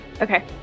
okay